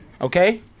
okay